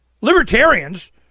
libertarians